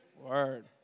Word